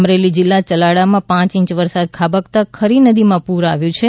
અમરેલી જીલ્લા યલાળામાં પાંચ ઇંચ વરસાદ ખાબકતાં ખરી નદી માં પૂર આવ્યું છે